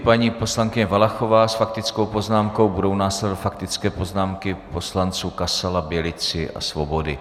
Paní poslankyně Valachová s faktickou poznámkou, budou následovat faktické poznámky poslanců Kasala, Bělici a Svobody.